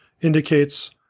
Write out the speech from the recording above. indicates